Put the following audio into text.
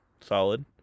Solid